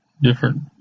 different